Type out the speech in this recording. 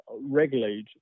regulate